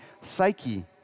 psyche